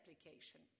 application